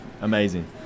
amazing